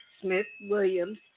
Smith-Williams